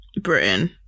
Britain